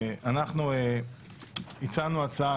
הצענו הצעה,